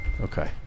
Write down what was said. Okay